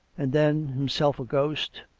and then, himself a ghost,